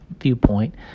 viewpoint